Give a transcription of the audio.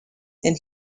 and